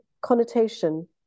connotation